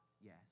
Yes